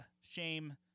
shame